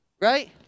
right